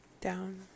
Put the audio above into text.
down